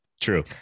True